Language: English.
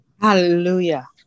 Hallelujah